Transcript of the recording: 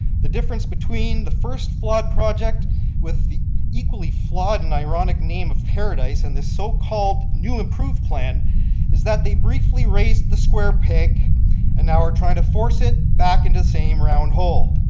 the difference between the first flawed project with the equally flawed and ironic name of paradise and this so-called new approved plan is that they briefly raise the square peg and now are trying to force it back into the same round hole.